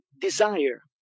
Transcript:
desire